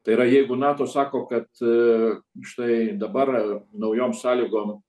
tai yra jeigu nato sako kad štai dabar naujom sąlygom